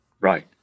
Right